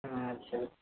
ஆ சரி